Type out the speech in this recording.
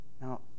Now